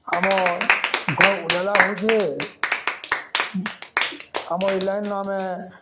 ଆମର୍ ଘର୍ ଉଜାଲା ହେଉଛେ ଆମ ଇ ଲାଇନ୍ନ ଆମେ